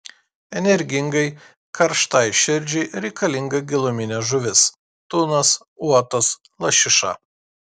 energingai karštai širdžiai reikalinga giluminė žuvis tunas uotas lašiša